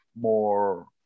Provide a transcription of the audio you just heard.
more